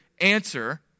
answer